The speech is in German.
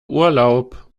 urlaub